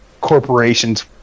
corporations